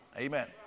Amen